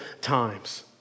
times